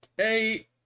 eight